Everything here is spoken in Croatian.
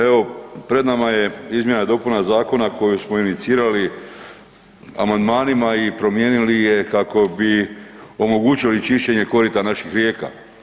Evo pred nama je izmjena i dopuna zakona koju smo inicirali amandmanima i promijenili je kako bi omogućili čišćenje korita naših rijeka.